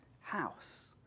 House